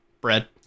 Bread